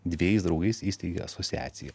dvejais draugais įsteigia asociaciją